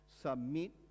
submit